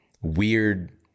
weird